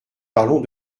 parlons